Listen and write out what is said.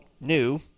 new